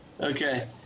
Okay